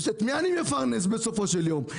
את מי אני מפרנס בסופו של יום?